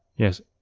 yes,